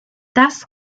das